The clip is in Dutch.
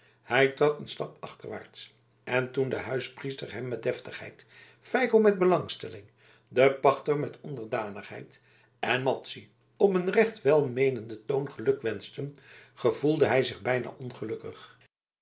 hij trad een stap achterwaarts en toen de huispriester hem met deftigheid feiko met belangstelling de pachter met onderdanigheid en madzy op een recht welmeenenden toon gelukwenschten gevoelde hij zich bijna ongelukkig